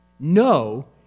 No